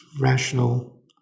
rational